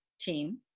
team